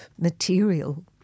material